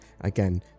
again